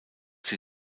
sie